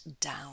down